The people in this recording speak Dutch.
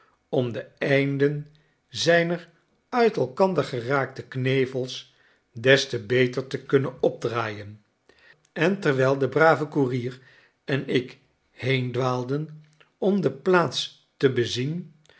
om de einden zijner uit elkander geraakte knevels des te beter te kunnen opdraaien en terwijl de brave koerier en ik heendwaalden om de plaats te bezien